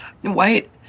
White